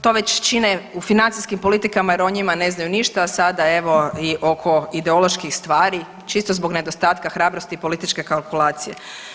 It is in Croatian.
To već čine u financijskim politikama jer o njima ne znaju ništa, a sada evo i oko ideoloških stvari čisto zbog nedostatka hrabrosti i političke kalkulacije.